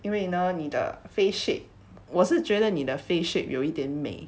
因为呢你的 face shape 我是觉得你的 face shape 有一点美